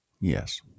Yes